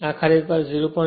આ ખરેખર 0